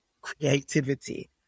creativity